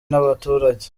n’abaturage